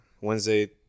Wednesday